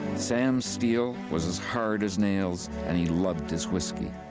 sam steele was as hard as nails and he loved his whiskey.